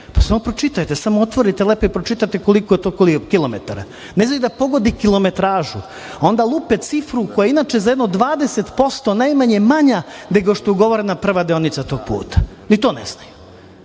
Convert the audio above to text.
Samo pročitajte, samo otvorite lepo i pročitate koliko je to kilometara. Ne znaju da pogode kilometražu, a onda lupe cifru koja je za jedno 20% najmanje manja nego što je ugovorena prva deonica tog puta. Ni to ne znaju. Ne